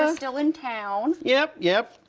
so still in town. yep, yep.